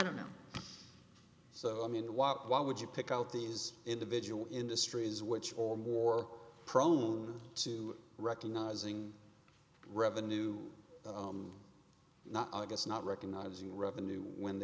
don't know so i mean what why would you pick out these individual industries which or more prone to recognizing revenue not i guess not recognizing revenue when the